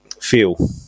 feel